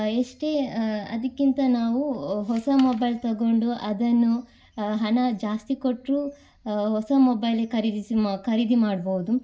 ಎಷ್ಟೇ ಅದಕ್ಕಿಂತ ನಾವು ಹೊಸ ಮೊಬೈಲ್ ತೊಗೊಂಡು ಅದನ್ನು ಹಣ ಜಾಸ್ತಿ ಕೊಟ್ಟರೂ ಹೊಸ ಮೊಬೈಲ್ ಖರೀದಿಸಿ ಮ ಖರೀದಿ ಮಾಡ್ಬೋದು